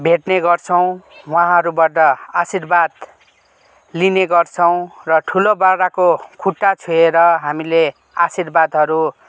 भेट्ने गर्छौँ उहाँहरूबाट आशिर्वाद लिने गर्छौँ र ठुलो बडाको खुट्टा छोएर हामीले आशिर्वादहरू